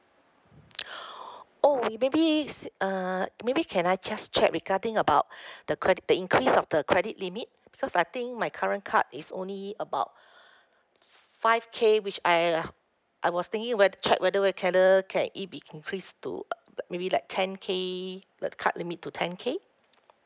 oh you maybe s~ err maybe can I just check regarding about the credit the increase of the credit limit because I think my current card is only about five K which I uh I was thinking whether check whether can it be increased to maybe like ten K the card limit to ten K